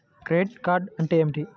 Credit card అంటే ఏమిటి?